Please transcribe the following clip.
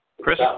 Chris